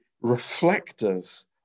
reflectors